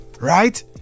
right